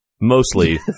mostly